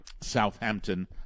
Southampton